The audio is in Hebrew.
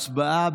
הצבעה,